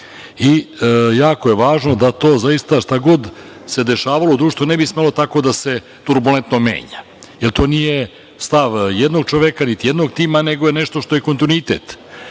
Jako je važno da to zaista šta god se dešavalo u društvu, ne bi smelo tako da se turbulentno menja, jer to nije stav jednog čoveka, niti jednog tima nego je nešto što je kontinuitet. Ono